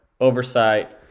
oversight